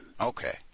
Okay